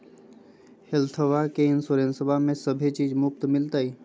हेल्थबा के इंसोरेंसबा में सभे चीज मुफ्त मिलते?